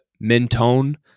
Mentone